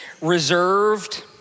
reserved